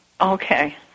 okay